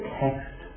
text